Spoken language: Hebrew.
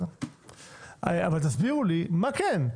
אבל תסבירו לי מה כן?